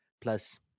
plus